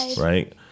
right